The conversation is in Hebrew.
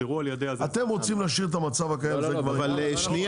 אתם רוצים להשאיר את המצב הקיים אבל --- שנייה,